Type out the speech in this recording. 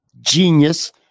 genius